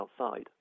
outside